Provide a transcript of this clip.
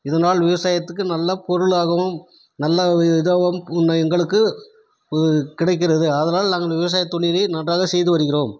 இதனால் விவசாயத்துக்கு நல்ல பொருளாகவும் நல்ல ஒரு இதாகவும் எங்களுக்கு கிடைக்கிறது ஆதலால் நாங்கள் விவசாயத் தொழிலை நன்றாக செய்து வருகிறோம்